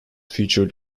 featured